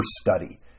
study